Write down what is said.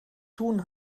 tun